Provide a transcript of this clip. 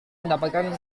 mendapatkan